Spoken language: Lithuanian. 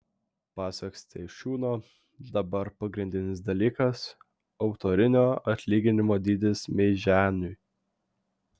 pasak steišiūno dabar pagrindinis dalykas autorinio atlyginimo dydis meiženiui